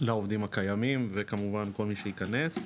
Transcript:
לעובדים הקיימים וכמובן, כל מי שייכנס,